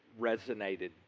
resonated